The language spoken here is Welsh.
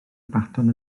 baton